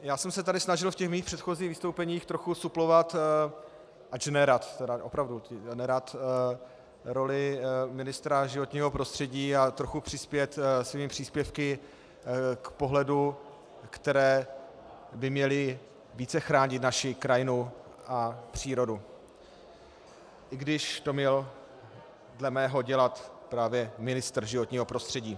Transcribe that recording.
Já jsem se snažil ve svých předchozích vystoupeních trochu suplovat, ač nerad, opravdu nerad, roli ministra životního prostředí a trochu přispět svými příspěvky k pohledu, které by měly více chránit naši krajinu a přírodu, i když to měl dle mého dělat právě ministr životního prostředí.